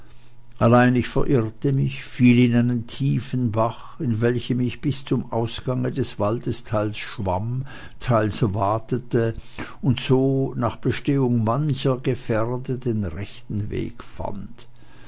allein ich verirrte mich fiel in einen tiefen bach in welchem ich bis zum ausgange des waldes teils schwamm teils watete und so nach bestehung mancher gefährde den rechten weg fand